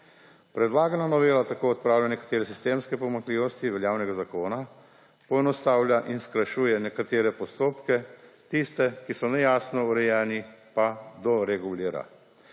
Predlagana novela tako odpravlja nekatere sistemske pomanjkljivosti veljavnega zakona, poenostavlja in skrajšuje nekatere postopke, tiste, ki so nejasno urejeni, pa doregulira.